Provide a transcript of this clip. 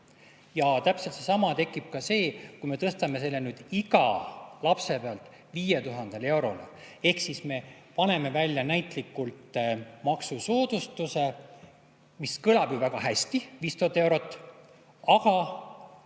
Ja täpselt sama seis tekib ka siis, kui me tõstame selle summa iga lapse pealt 5000 euroni. Ehk siis me paneme välja näitlikult maksusoodustuse, mis kõlab ju väga hästi, 5000 eurot, aga